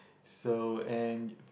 so and